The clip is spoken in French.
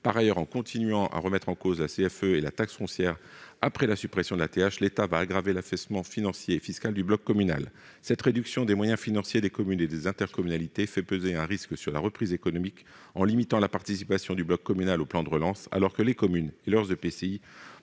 Par ailleurs, en continuant à remettre en cause la CFE et la taxe foncière après la suppression de la taxe d'habitation, l'État va aggraver l'affaiblissement financier et fiscal du bloc communal. Cette réduction des moyens financiers des communes et des intercommunalités fait peser un risque sur la reprise économique, en limitant la participation du bloc communal au plan de relance, alors que les communes et leurs EPCI